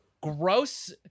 gross